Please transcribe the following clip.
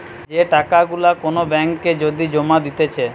যে টাকা গুলা কোন ব্যাঙ্ক এ যদি জমা দিতেছে